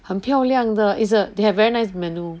很漂亮的 is a they have very nice menu